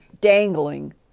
dangling